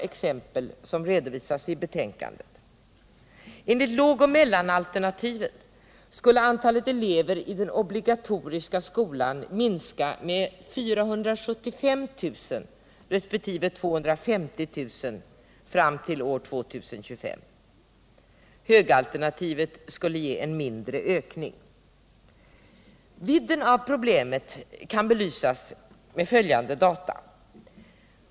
5 FE ; Torsdagen den Låt mig ta några exempel som redovisas i betänkandet. Enligt lågoch Vidden av problemet kan belysas med följande data.